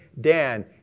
Dan